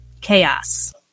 chaos